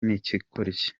nikigoryi